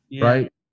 Right